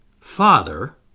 Father